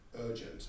urgent